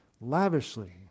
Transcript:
lavishly